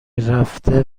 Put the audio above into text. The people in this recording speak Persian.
رفته